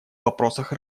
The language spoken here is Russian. вопросах